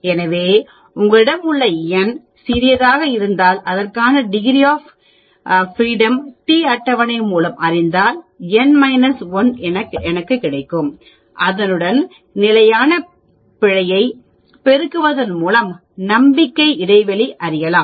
எனவே உங்களிடம் உள்ள n சிறியதாக இருந்தால் அதற்கான டிகிரி ஆப் ஃப்ரீடம் t அட்டவணை மூலம் அறிந்தால் n 1 எனக்கு கிடைக்கும் அதனுடன் நிலையான பிழையை பெருக்குவதன் மூலம் நம்பிக்கை இடைவெளி நாம் அறியலாம்